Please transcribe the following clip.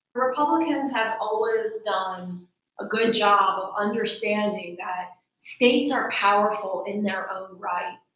republicans have always done a good job of understanding that states are powerful in their own right,